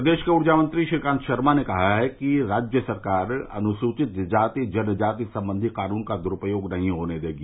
प्रदेश के ऊर्जा मंत्री श्रीकांत शर्मा ने कहा है कि राज्य सरकार अनुसूचित जाति जनजाति सम्बन्धी कानून का दुरूपयोग नहीं होने देगी